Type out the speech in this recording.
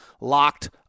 Locked